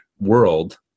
world